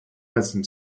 western